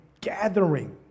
gathering